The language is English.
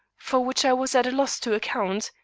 for which i was at a loss to account,